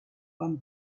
one